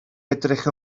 edrych